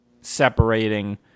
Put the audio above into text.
separating